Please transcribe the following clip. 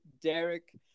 Derek